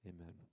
Amen